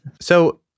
So-